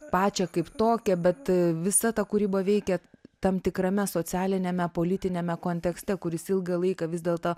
pačią kaip tokią bet visa ta kūryba veikia tam tikrame socialiniame politiniame kontekste kuris ilgą laiką vis dėlto